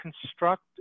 construct